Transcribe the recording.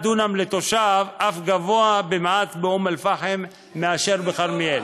השטח לתושב באום אל-פחם אף גדול מעט מהשטח לתושב בכרמיאל.